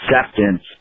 acceptance